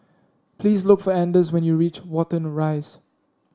please look for Anders when you reach Watten Rise